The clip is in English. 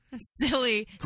Silly